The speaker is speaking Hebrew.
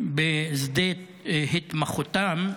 בשדה התמחותם.